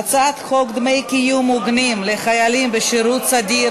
הצעת חוק דמי קיום הוגנים לחיילים בשירות סדיר,